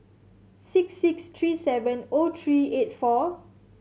six six three seven O three eight four